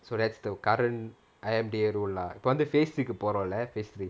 so that's the current I_M_D_A rule lah இப்போ வந்து:ippo vanthu phase three போறோள்ள:porolla phase three